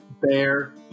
Bear